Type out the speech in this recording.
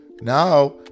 Now